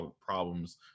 problems